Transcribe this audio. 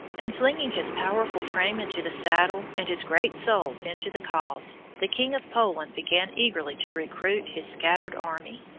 and flinging his powerful frame into the saddle and his great soul into the cause, the king of poland began eagerly to recruit his scattered army.